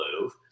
move